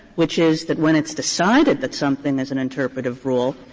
which is that when it's decided that something is an interpretative rule,